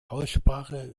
aussprache